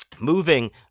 moving